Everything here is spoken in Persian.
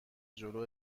جلو